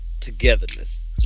togetherness